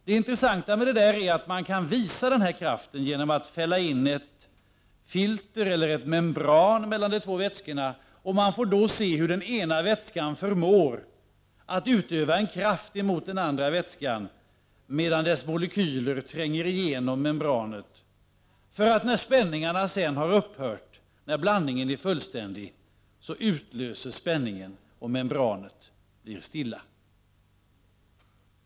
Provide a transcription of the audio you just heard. Det intressanta med detta är att man kan visa denna kraft genom att fälla in ett filter eller ett membran mellan de två vätskorna. Man får då se hur den ena vätskan förmår utöva en kraft mot den andra vätskan, medan dess molekyler tränger igenom membranet. När spänningarna sedan har upphört, när blandningen är fullständig, utlöses spänningen, och membranet blir stilla.